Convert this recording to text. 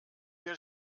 wir